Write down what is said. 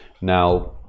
Now